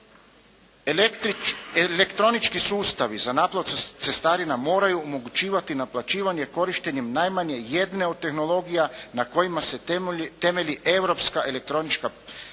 Elektronički sustavi za naplatu cestarina moraju omogućivati naplaćivanje korištenjem najmanje jedne od tehnologija na kojima se temelji europska elektronička